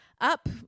up